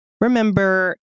remember